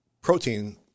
protein